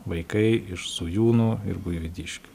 vaikai iš zujūnų ir buivydiškių